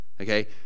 okay